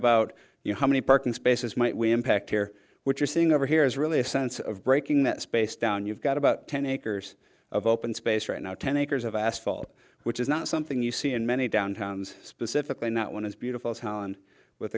about you know how many parking spaces might we impact here what you're seeing over here is really a sense of breaking that space down you've got about ten acres of open space right now ten acres of asphalt which is not something you see in many downtowns specifically not one as beautiful